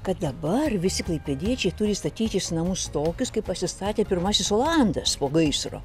kad dabar visi klaipėdiečiai turi statytis namus tokius kaip pasistatė pirmasis olandas po gaisro